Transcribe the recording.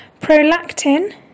Prolactin